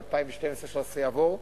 ב-2012 2013 יעבור.